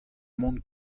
mont